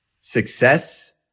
success